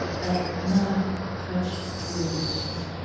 that it not touch yours?